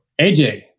AJ